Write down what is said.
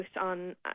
on